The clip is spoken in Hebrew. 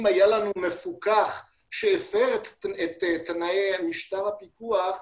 אם היה לנו מפוקח שהפר את תנאי משפט הפיקוח,